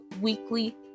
weekly